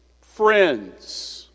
friends